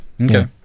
okay